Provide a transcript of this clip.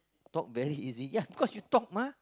talk very easy ya cause you talk mah